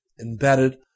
embedded